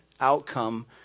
outcome